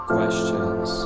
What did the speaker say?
questions